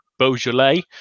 Beaujolais